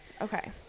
okay